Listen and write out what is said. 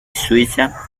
suiza